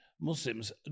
Muslims